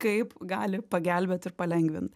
kaip gali pagelbėt ir palengvint